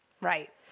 Right